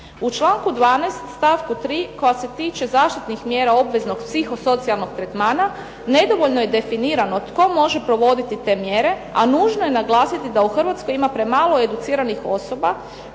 U članku 12. stavku 3. koja se tiče zaštitnih mjera obveznog psihosocijalnog tretmana nedovoljno je definirano tko može provoditi te mjere a nužno je naglasiti da u Hrvatskoj ima premalo educiranih osoba